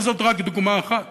אבל זאת רק דוגמה אחת.